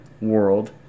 World